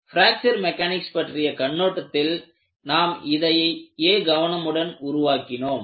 fracture mechanics பற்றிய கண்ணோட்டத்தில் நாம் இதையே கவனமுடன் உருவாக்கினோம்